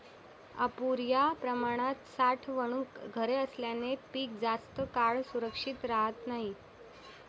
अपुर्या प्रमाणात साठवणूक घरे असल्याने पीक जास्त काळ सुरक्षित राहत नाही